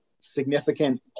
significant